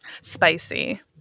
Spicy